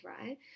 right